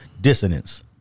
dissonance